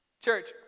church